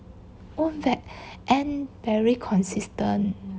oh that ann very consistent